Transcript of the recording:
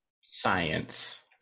Science